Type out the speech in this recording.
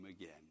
again